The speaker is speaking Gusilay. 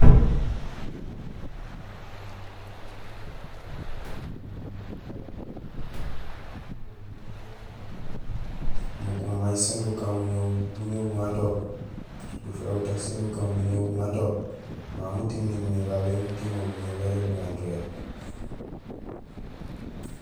Muting maan umimé babé éni éting mo, mo békani buñowi buŋanto mo moomé: séél éni uting so buñowi bérég buŋantowé, mukuum may sén mukaan buñoow buŋanto, gufira gutak sén gukaan buñoow buŋanto. Mamé muting nimimé babé éni uting mo buñowi bérég buŋantowé